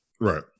right